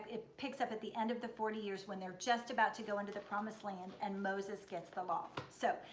it picks up in the end of the forty years when they are just about to go into the promised land and moses gets the law. so,